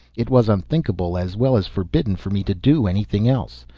it was unthinkable, as well as forbidden for me to do anything else.